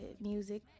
music